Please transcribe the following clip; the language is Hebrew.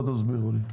תסבירו לי.